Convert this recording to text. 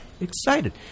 Excited